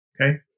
okay